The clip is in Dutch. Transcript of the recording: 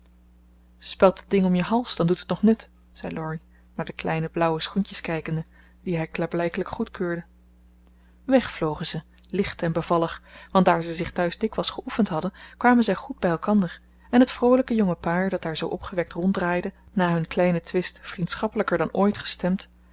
het ding om je hals dan doet het nog nut zie laurie naar de kleine blauwe schoentjes kijkende die hij klaarblijkelijk goedkeurde weg vlogen ze licht en bevallig want daar ze zich thuis dikwijls geoefend hadden kwamen zij goed bij elkander en het vroolijke jonge paar dat daar zoo opgewekt ronddraaide na hun kleinen twist vriendschappelijker dan ooit